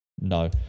No